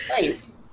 Nice